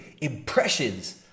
impressions